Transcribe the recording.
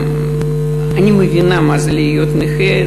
אני מבינה מה זה להיות נכה,